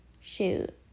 shoot